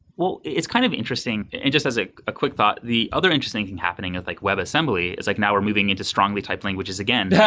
well, it's kind of interesting, and just as a quick thought. the other interesting thing happening at like web assembly is like now we're moving into strongly type languages again, yeah